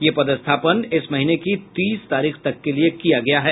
ये पदस्थापन इस महीने की तीस तारीख तक के लिए की गयी है